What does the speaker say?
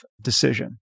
decision